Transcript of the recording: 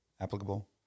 applicable